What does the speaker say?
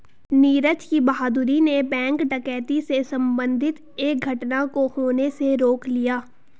नीरज की बहादूरी ने बैंक डकैती से संबंधित एक घटना को होने से रोक लिया